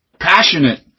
passionate